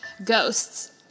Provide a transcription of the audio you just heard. ghosts